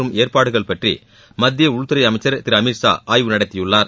மற்றும் ஏற்பாடுகள் பற்றி மத்திய உள்துறை அமைச்சர் திரு அமித் ஷா ஆய்வு நடத்தியுள்ளார்